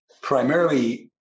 primarily